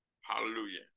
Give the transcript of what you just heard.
Hallelujah